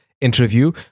interview